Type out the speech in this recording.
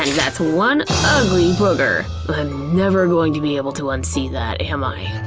and that's one ugly booger. i'm never going to be able to unsee that, am i?